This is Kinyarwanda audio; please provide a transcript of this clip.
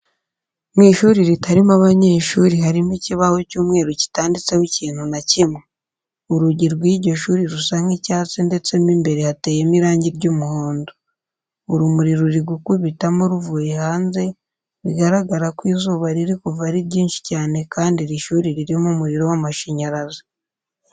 Mu ishuri ritarimo abanyeshuri harimo ikibaho cy'umweru kitanditseho ikintu na kimwe. Urugi rw'iryo shuri rusa nk'icyatsi ndetse mo imbere hateyemo irangi ry'umuhondo. Urumuri ruri gukubitamo ruvuye hanze bigaragara ko izuba riri kuva ari ryinshi cyane kandi iri shuri ririmo umuriro w'amashanyarazi.